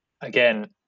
again